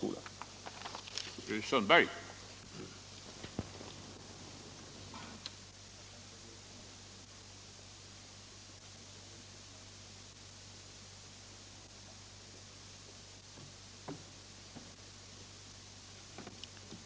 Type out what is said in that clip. byråkratin i samhället